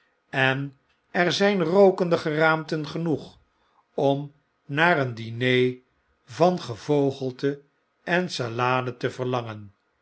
en er zjjn rookende geraamten genoeg om naar een diner van gevogelte en salade te verlangen